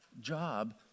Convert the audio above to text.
job